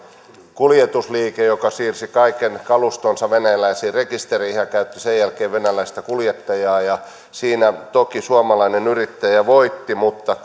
kuljetusliike joka siirsi kaiken kalustonsa venäläiseen rekisteriin ja käytti sen jälkeen venäläistä kuljettajaa siinä toki suomalainen yrittäjä voitti mutta